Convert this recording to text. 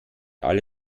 alle